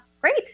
Great